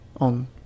on